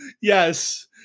Yes